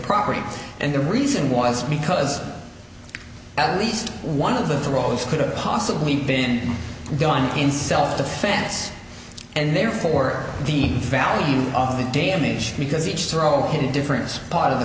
property and the reason was because at least one of the throws could have possibly been done in self defense and therefore the value of the damage because each stroke a different part of the